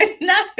no